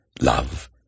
love